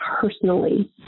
personally